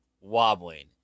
wobbling